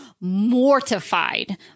mortified